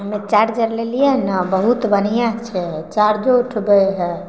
हमे चार्जर लेलियै ने बहुत बढ़िऑं छै चार्जो उठबै है